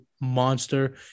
monster